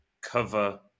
cover